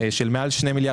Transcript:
של מעל לשני מיליארד